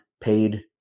paid